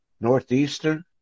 Northeastern